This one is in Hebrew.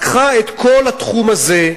לקחה את כל התחום הזה,